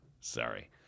Sorry